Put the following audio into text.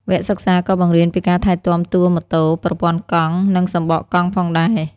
វគ្គសិក្សាក៏បង្រៀនពីការថែទាំតួរម៉ូតូ ប្រព័ន្ធកង់ និងសំបកកង់ផងដែរ។